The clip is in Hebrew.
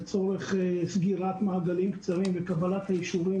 לצורך סגירת מעגלים קצרים וקבלת האישורים